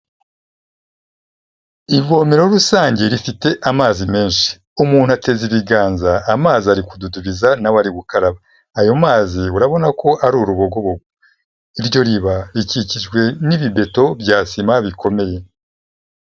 Ivomero rusange rifite amazi menshi umuntu ateze ibiganza amazi ari kududubiza nawa ari bukaraba, ayo mazi urabona ko ari urubogobogo, iryo riba rikikijwe n'ibibeto bya sima bikomeye.